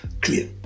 clear